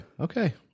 Okay